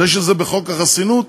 אומנם זה בחוק החסינות,